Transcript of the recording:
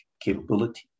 capability